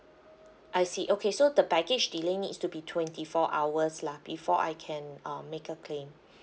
I see okay so the baggage delay needs to be twenty four hours lah before I can uh make a claim